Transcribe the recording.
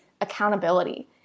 accountability